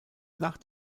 nach